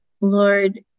Lord